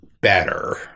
better